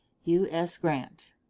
u s. grant.